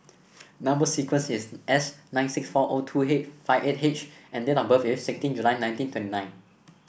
number sequence is S nine six four O two H five eight H and date of birth is sixteen July nineteen twenty nine